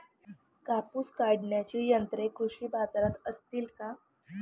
कापूस काढण्याची यंत्रे कृषी बाजारात असतील का?